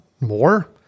more